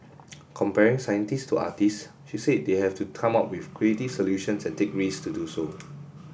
comparing scientists to artists she said they have to come up with creative solutions and take risks to do so